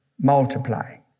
Multiplying